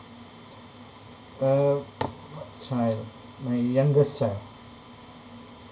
uh my child my youngest child